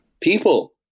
People